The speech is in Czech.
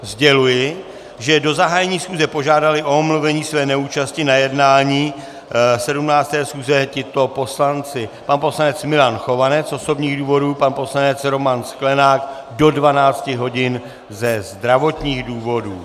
Sděluji, že do zahájení schůze požádali o omluvení své neúčasti na jednání 17. schůze tito poslanci: pan poslanec Milan Chovanec z osobních důvodů, pan poslanec Roman Sklenák do 12 hodin ze zdravotních důvodů.